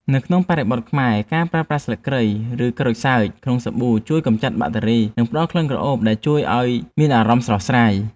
នៅក្នុងបរិបទខ្មែរ ការប្រើប្រាស់ស្លឹកគ្រៃ ឬក្រូចសើចក្នុងសាប៊ូ ជួយកម្ចាត់បាក់តេរី និងផ្តល់ក្លិនក្រអូបដែលជួយឱ្យមានអារម្មណ៍ស្រស់ស្រាយ។